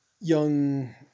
young